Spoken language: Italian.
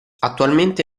attualmente